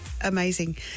amazing